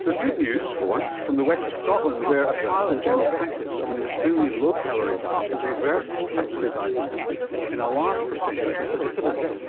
there's good news, for once, from the west of scotland where a trial in general practice of an extremely low calorie diet has reversed type two diabetes in a large percentage of participants.